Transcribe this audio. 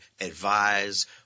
advise